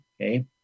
okay